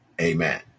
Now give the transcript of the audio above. amen